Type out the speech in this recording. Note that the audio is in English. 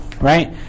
right